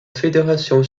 fédération